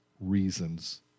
reasons